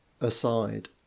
aside